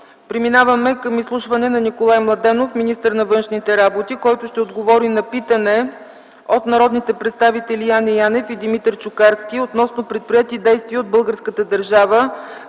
Преминаваме към изслушване на Николай Младенов – министър на външните работи, който ще отговори на питане от народните представители Яне Янев и Димитър Чукарски относно предприети действия от българската държава,